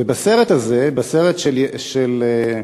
ובסרט הזה, בסרט של,